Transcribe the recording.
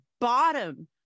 bottom